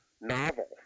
novel